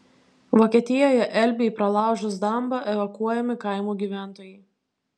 vokietijoje elbei pralaužus dambą evakuojami kaimų gyventojai